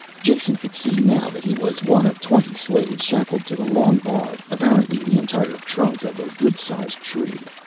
jason could see now that he was one of twenty slaves shackled to the long bar, apparently the entire trunk of a good-sized tree.